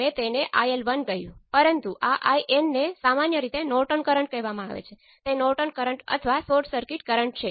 તેથી તે શરતોમાં શું થાય છે આપણે V1 એ Z11 I1 અને V2 એ Z21 I1 મળશે